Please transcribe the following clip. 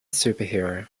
superhero